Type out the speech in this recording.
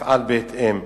יפעל בהתאם.